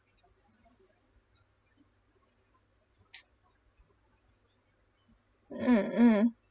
mm mm